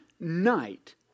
night